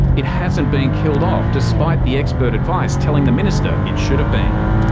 it hasn't been killed off despite the expert advice telling the minister it should have been.